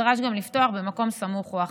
לפתוח במקום סמוך או אחר.